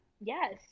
Yes